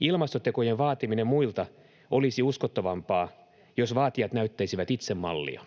Ilmastotekojen vaatiminen muilta olisi uskottavampaa, jos vaatijat näyttäisivät itse mallia.